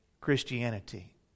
Christianity